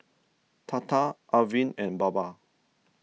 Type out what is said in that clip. Tata Arvind and Baba